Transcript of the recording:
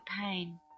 Pain